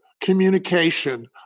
communication